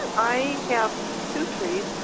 i have two trees.